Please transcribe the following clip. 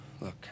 Look